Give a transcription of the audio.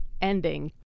ending